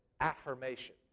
affirmation